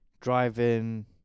Driving